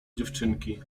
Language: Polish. dziewczynki